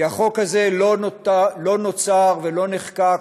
כי החוק הזה לא נוצר ולא נחקק